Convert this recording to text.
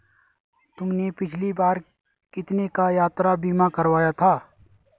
तुमने पिछली बार कितने का यात्रा बीमा करवाया था?